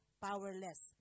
powerless